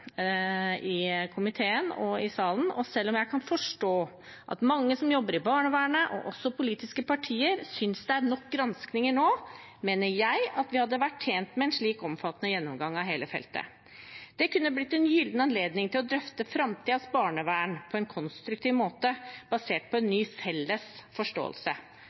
i komiteen og i salen. Selv om jeg kan forstå at mange som jobber i barnevernet, og også politiske partier, synes det er nok granskinger nå, mener jeg at vi hadde vært tjent med en slik omfattende gjennomgang av hele feltet. Det kunne blitt en gyllen anledning til å drøfte framtidens barnevern på en konstruktiv måte, basert på en ny, felles forståelse.